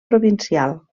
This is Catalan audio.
provincial